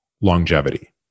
longevity